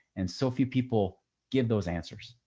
and so few people give those answers,